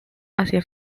hacia